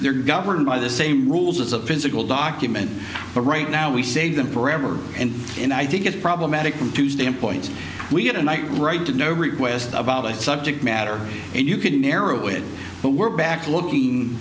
they're governed by the same rules as a physical document but right now we save them forever and and i think it's problematic from tuesday in point we get a night right to know request about a subject matter and you can narrow it but we're back looking